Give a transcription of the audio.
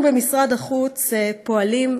אנחנו במשרד החוץ פועלים,